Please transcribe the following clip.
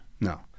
No